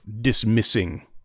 dismissing